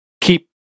keep